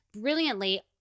brilliantly